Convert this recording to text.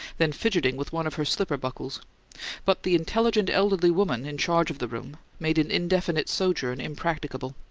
then fidgeting with one of her slipper-buckles but the intelligent elderly woman in charge of the room made an indefinite sojourn impracticable.